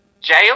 Jail